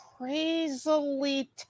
crazily